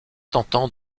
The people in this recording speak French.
tentant